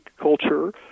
culture